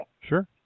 Sure